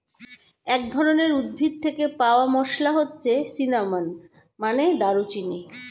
এক ধরনের উদ্ভিদ থেকে পাওয়া মসলা হচ্ছে সিনামন, মানে দারুচিনি